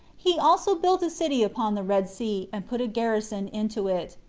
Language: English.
he also built a city upon the red sea, and put a garrison into it.